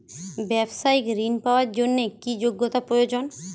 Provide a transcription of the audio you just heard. ব্যবসায়িক ঋণ পাওয়ার জন্যে কি যোগ্যতা প্রয়োজন?